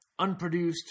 Unproduced